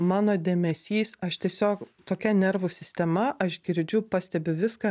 mano dėmesys aš tiesiog tokia nervų sistema aš girdžiu pastebiu viską